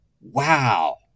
wow